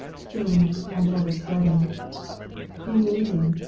filling, and over spreading creating,